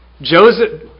Joseph